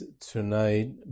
tonight